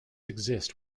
exist